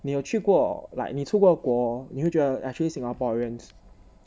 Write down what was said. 你有去过 like 你出过国你会觉得 actually singaporeans